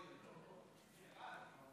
זה באמת דבר שחוזר על עצמו.